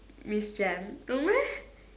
Miss Jem no meh